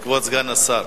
כבוד סגן השר,